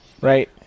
right